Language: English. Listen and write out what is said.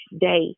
day